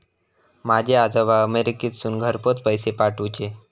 माझे आजोबा अमेरिकेतसून घरपोच पैसे पाठवूचे